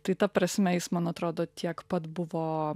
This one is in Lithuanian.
tai ta prasme jis man atrodo tiek pat buvo